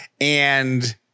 And-